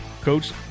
Coach